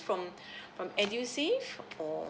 from from edusave or